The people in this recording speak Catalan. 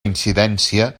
incidència